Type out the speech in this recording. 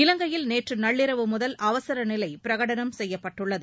இலங்கையில் நேற்று நள்ளிரவு முதல் அவசர நிலை பிரகடனம் செய்யப்பட்டுள்ளது